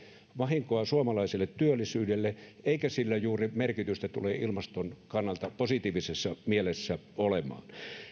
vahinkoa suomalaiselle työllisyydelle eikä sillä juuri tule olemaan merkitystä ilmaston kannalta positiivisessa mielessä